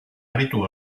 aritu